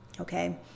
Okay